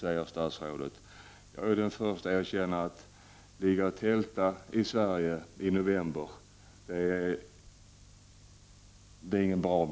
Jag är den förste att erkänna att det inte är någon bra miljö för tältande i Sverige i november månad.